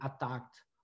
attacked